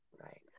Right